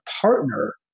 partner